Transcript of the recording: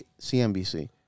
CNBC